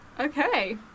Okay